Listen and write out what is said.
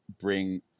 bring